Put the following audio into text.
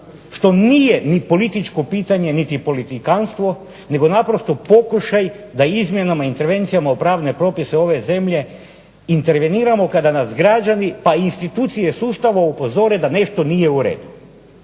što nije ni političko pitanje niti politikanstvo nego naprosto pokušaj da izmjenama, intervencijama u pravne propise ove zemlje interveniramo kada nas građani pa i institucije sustava upozore da nešto nije u redu.